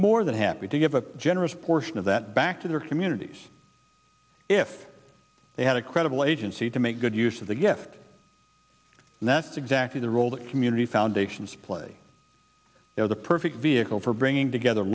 more than happy to give a generous portion of that back to their communities if they had a credible agency to make good use of the gift and that's exactly the role that community foundations play the perfect vehicle for bringing together